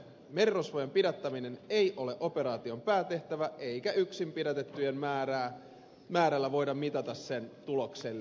merirosvojen pidättäminen ei ole operaation päätehtävä eikä yksin pidätettyjen määrällä voida mitata sen tuloksellisuutta